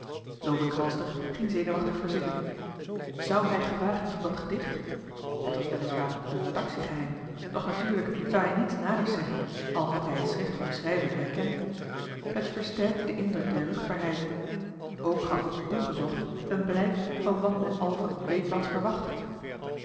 lovink halster ging zenuwachtig verzitten zu hij gewagen van dat gedicht het was weliswaar een redactiegeheim doch natuurlijk zou hij niets naders zeggen al had hij het schrift van den schrijver herkend het versterkte den indruk der ruchtbaarheid ook gaf het ongezocht een blijk van wat men al van het weekblad verwachtte